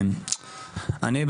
אני,